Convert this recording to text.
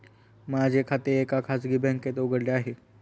माझे खाते एका खाजगी बँकेत उघडले आहे